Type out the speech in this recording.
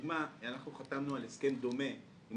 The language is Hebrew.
לדוגמה, אנחנו חתמנו על הסכם דומה עם